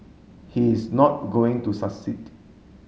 he is not going to succeed